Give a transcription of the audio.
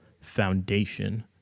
foundation